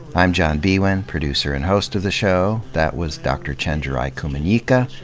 i'm john biewen, producer and host of the show. that was dr. chenjerai kumanyika,